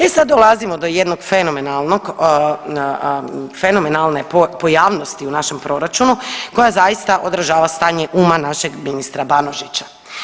E sad dolazimo do jednog fenomenalnog, fenomenalne pojavnosti u našem proračun koja zaista odražava stanje uma našeg ministra Banožića.